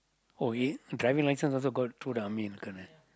oh he driving license also got through army lah correct